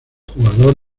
jugador